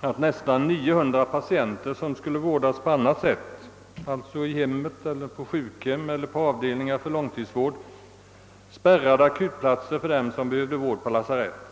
att nästan 900 patienter som borde ha vårdats på annat sätt, alltså i hemmen eller på sjukhem eller på avdelningar för långtidsvård, spärrade akutplatser för dem som behövde vård på lasarett.